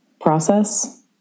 process